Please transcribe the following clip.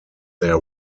their